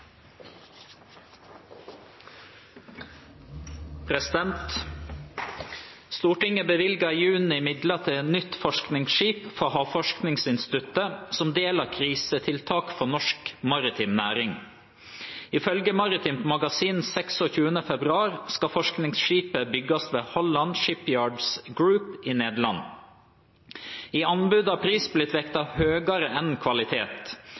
i juni midler til et nytt forskningsskip for Havforskningsinstituttet som del av krisetiltak for norsk maritim næring. Ifølge Maritimt Magasin 26. februar skal forskningsskipet bygges ved Holland Shipyards Group i Nederland. I anbudet har pris blitt vektet høyere enn kvalitet.